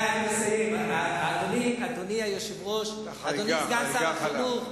אדוני סגן שר החינוך,